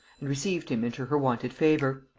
and received him into her wonted favor.